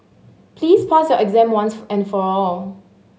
please pass your exam once and for all